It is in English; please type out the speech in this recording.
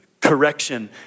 Correction